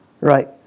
Right